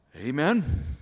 Amen